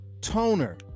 toner